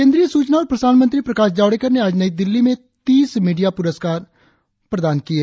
केंद्रीय सूचना और प्रसारण मंत्री प्रकाश जावड़ेकर ने आज नई दिल्ली में तीस मीडिया सम्मान प्रदान किये